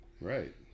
right